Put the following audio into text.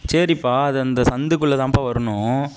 சரிப்பா அது அந்த சந்துக்குள்ள தான்ப்பா வரணும்